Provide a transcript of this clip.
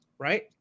Right